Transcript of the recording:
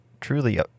truly